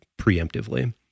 preemptively